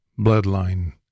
Bloodline